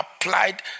applied